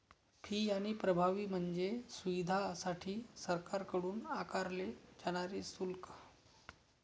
fee आणि प्रभावी म्हणजे सुविधांसाठी सरकारकडून आकारले जाणारे शुल्क